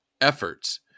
efforts